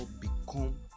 become